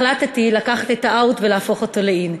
החלטתי לקחת את ה-out ולהפוך אותו ל-in.